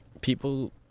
people